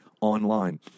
online